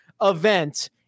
event